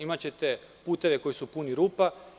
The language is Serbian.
Imaćete puteve koji su puni rupa.